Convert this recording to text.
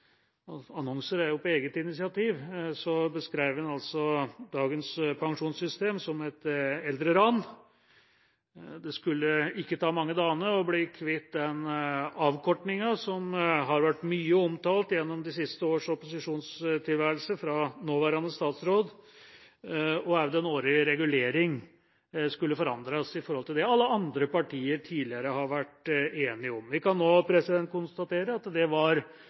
og annonser kommer jo på eget initiativ – beskrev han dagens pensjonssystem som et «eldreran». Det skulle ikke ta mange dagene å bli kvitt den avkortninga, som har vært mye omtalt av nåværende statsråd gjennom de siste års opposisjonstilværelse, og også den årlige regulering skulle forandres i forhold til det alle andre partier tidligere har vært enige om. Vi kan nå konstatere at det